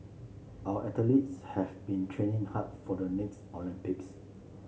our athletes have been training hard for the next Olympics